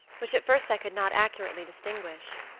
which at first i could not accurately distinguish.